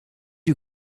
you